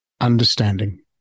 understanding